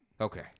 Okay